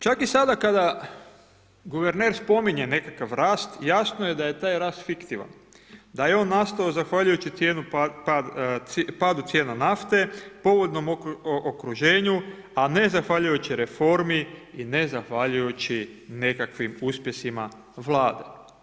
Čak i sada kada guverner spominje nekakav rast jasno je da je taj rast fiktivan, da je on nastao zahvaljujući padu cijena nafte, pogodnom okruženju, a ne zahvaljujući reformi i ne zahvaljujući nekakvim uspjesima Vlade.